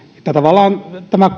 jotta tavallaan tämä